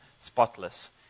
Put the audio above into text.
spotless